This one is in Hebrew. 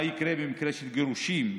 מה יקרה במקרה של גירושין?